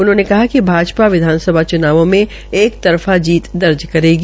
उन्होंने कहा कि भाजपा विधानसभा च्नावों में एक तर फा जीत दर्ज करेगी